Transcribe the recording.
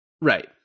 Right